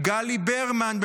גלי ברמן,